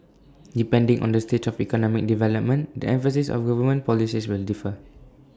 depending on the stage of economic development the emphasis of government policies will differ